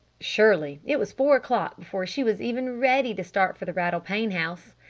surely it was four o'clock before she was even ready to start for the rattle-pane house.